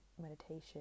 meditation